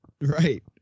Right